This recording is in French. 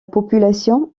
population